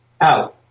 out